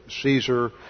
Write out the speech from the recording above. Caesar